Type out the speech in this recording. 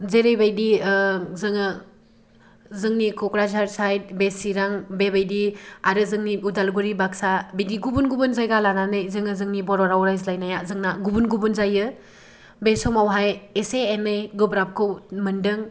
जेरैबायदि जोङो जोंनि कक्राझार साइड बे चिरां बेबायदि आरो जोंनि उदालगुरि बाक्सा बिदि गुबुन गुबुन जायगा लानानै जोङो जोंनि बर' राव रायज्लायनाया जोंना गुबुन गुबुन जायो बे समावहाय एसे एनै गोब्राबखौ मोनदों